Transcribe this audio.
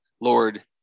Lord